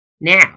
Now